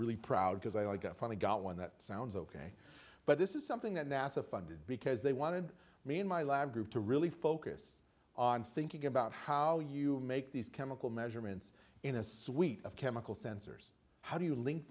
really proud because i got finally got one that sounds ok but this is something that nasa funded because they wanted me in my lab group to really focus on thinking about how you make these chemical measurements in a suite of chemical sensors how do you link